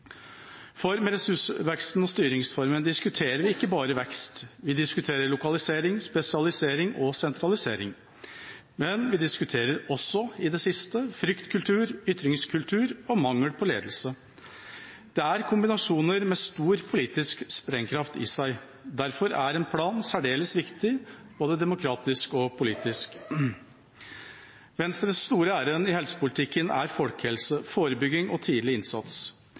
stortingsvalgprogram. Med ressursveksten og styringsformen diskuterer vi ikke bare vekst. Vi diskuterer lokalisering, spesialisering og sentralisering. Men vi har i det siste også diskutert fryktkultur, ytringskultur og mangel på ledelse. Dette er kombinasjoner med stor politisk sprengkraft i seg. Derfor er en plan særdeles viktig, både demokratisk og politisk. Venstres store ærend i helsepolitikken er folkehelse, forebygging og tidlig innsats.